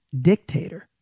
dictator